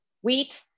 wheat